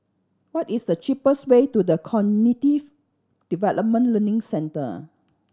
what is the cheapest way to The Cognitive Development Learning Centre